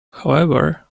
however